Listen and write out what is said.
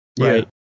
Right